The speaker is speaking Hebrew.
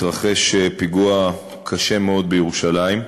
התרחש פיגוע קשה מאוד בירושלים.